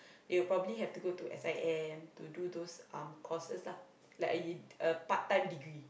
they'll probably have to go to S_I_M to do those um courses lah like a u~ de~ a part-time degree